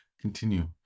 continue